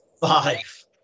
five